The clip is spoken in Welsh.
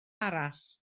arall